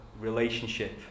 relationship